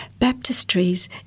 baptistries